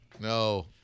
No